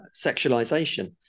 sexualization